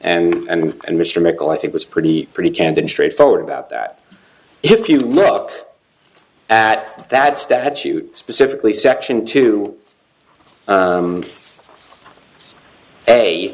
and and mr mickel i think was pretty pretty candid straightforward about that if you look at that statute specifically section two